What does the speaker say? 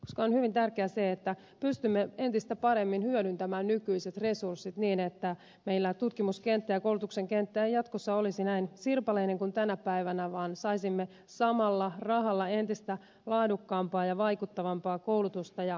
on hyvin tärkeää se että pystymme entistä paremmin hyödyntämään nykyiset resurssit niin että meillä tutkimuskenttä ja koulutuksen kenttä ei jatkossa olisi näin sirpaleinen kuin tänä päivänä vaan saisimme samalla rahalla entistä laadukkaampaa ja vaikuttavampaa koulutusta ja tutkimusta